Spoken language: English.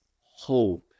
hope